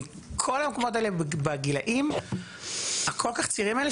מכל המקומות האלה, בגילאים הכל כך צעירים האלה.